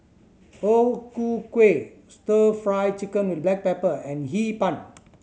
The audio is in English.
O Ku Kueh Stir Fry Chicken with black pepper and Hee Pan